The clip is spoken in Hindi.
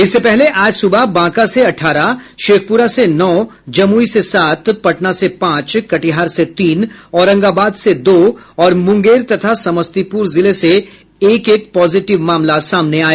इससे पहले आज सुबह बांका से अठारह शेखपुरा से नौ जमुई से सात पटना से पांच कटिहार से तीन औरंगाबाद से दो और मुंगेर तथा समस्तीपुर जिले से एक एक मामला सामने आया